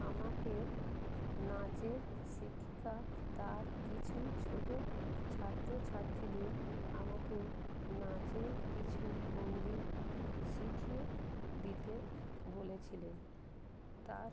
আমাকে নাচের শিক্ষিকা তার কিছু ছোটো ছাত্রছাত্রীদের আমাকে নাচের কিছু ভঙ্গি শিখিয়ে দিতে বলেছিলেন তার